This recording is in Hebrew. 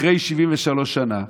אחרי 73 שנה,